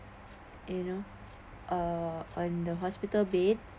you know uh on the hospital bed